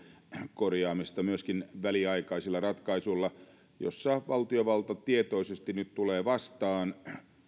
korjaamisesta myöskin väliaikaisilla ratkaisuilla valtiovalta tietoisesti nyt tulee vastaan